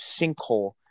sinkhole